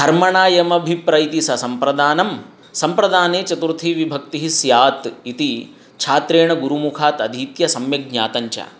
कर्मणा यमभिप्रैति स सम्प्रदानं सम्प्रदाने चतुर्थी विभक्तिः स्यात् इति छात्रेण गुरुमुखात् अधीत्य सम्यक् ज्ञातञ्च